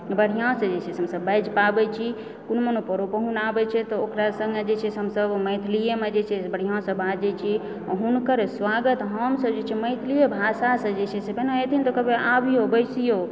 बढ़िआँसँ जे छै से हमसब बाजि पाबय छी कोनो पाहुन आबै छै त ओकरा सङ्गे जे छै से हमसब मैथिलिएमे जे छै बढ़िआँसँ बाजै छी आ हुनकर स्वागत हमसब जे छै से मैथिलिए भाषासंँ जे छै से जेना आयथिन तऽ कहबै अबियो बैसियो